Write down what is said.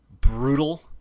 brutal